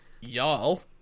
y'all